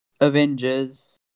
Avengers